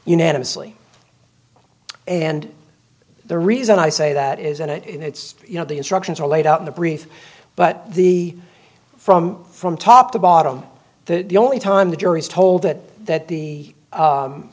unanimously and the reason i say that is and it's you know the instructions are laid out in the brief but the from from top to bottom the only time the jury is told it that the